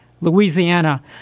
Louisiana